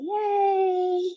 Yay